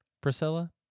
Priscilla